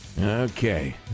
Okay